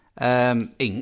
ink